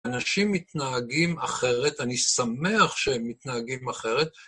אנשים מתנהגים אחרת, אני שמח שהם מתנהגים אחרת.